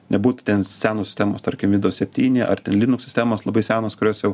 nebūtų ten senos sistemos tarkim vindaus septyni ar ten linuks sistemos labai senos kurios jau